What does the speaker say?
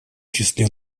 числе